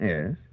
Yes